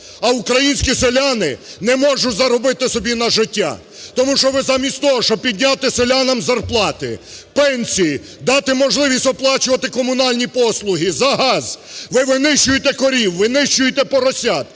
А українські селяни не можуть заробити собі на життя, тому що ви замість того, щоб підняти селянам зарплати, пенсії дати можливість оплачувати комунальні послуги за газ, ви винищуєте корів, винищуєте поросят,